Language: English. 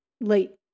late